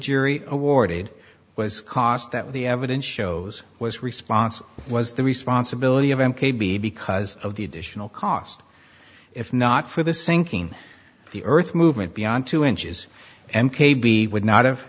jury awarded was cost that the evidence shows was response was the responsibility of m k b because of the additional cost if not for the sinking the earth movement beyond two inches and k b would not have